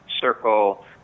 circle